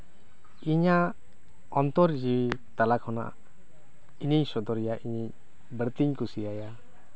ᱤᱧᱟᱹᱜ ᱚᱱᱛᱚᱨ ᱡᱤᱣᱤ ᱛᱟᱞᱟ ᱠᱷᱚᱱᱟᱜ ᱤᱧᱤᱧ ᱥᱚᱫᱚᱨᱮᱭᱟ ᱤᱧᱤᱧᱡ ᱵᱟᱝᱪᱩᱧ ᱠᱩᱥᱤᱭᱟᱭᱟ